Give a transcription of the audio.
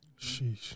sheesh